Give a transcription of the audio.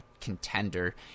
contender